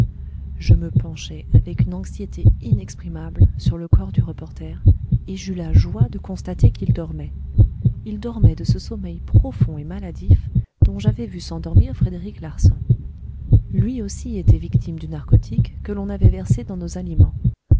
je me penchai avec une anxiété inexprimable sur le corps du reporter et j'eus la joie de constater qu'il dormait il dormait de ce sommeil profond et maladif dont j'avais vu s'endormir frédéric larsan lui aussi était victime du narcotique que l'on avait versé dans nos aliments